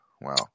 Wow